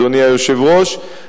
אדוני היושב-ראש,